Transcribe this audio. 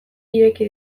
ireki